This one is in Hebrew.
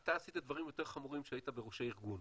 אתה עשית דברים יותר חמורים כשהיית בראש הארגון.